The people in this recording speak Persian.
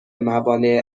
موانع